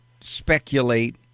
speculate